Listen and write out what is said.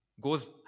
goes